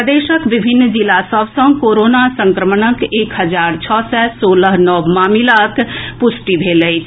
प्रदेशक विभिन्न जिला सभ सँ कोरोना संक्रमणक एक हजार छओ सय सोलह नव मामिलाक पुष्टि भेल अछि